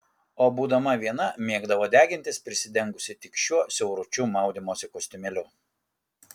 o būdama viena mėgdavo degintis prisidengusi tik šiuo siauručiu maudymosi kostiumėliu